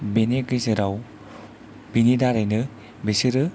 बेनि गेजेराव बिनि दारैनो बेसोरो